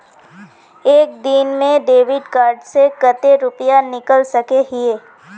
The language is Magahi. एक दिन में डेबिट कार्ड से कते रुपया निकल सके हिये?